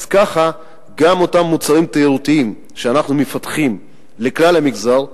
אז ככה גם אותם מוצרים תיירותיים שאנחנו מפתחים לכלל המגזר,